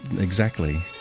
exactly.